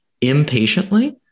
impatiently